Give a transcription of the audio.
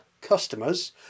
customers